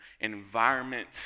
environment